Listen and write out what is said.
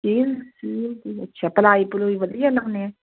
ਚੀ ਚੀਲ ਦੀ ਅੱਛਾ ਪਲਾਈ ਪਲੁਈ ਵਧੀਆ ਲਾਉਂਦੇ ਆ